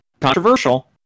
controversial